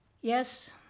Yes